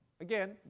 Again